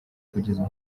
kugeza